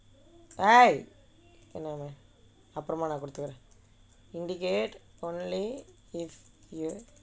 !hey! indicate only if you have any of the following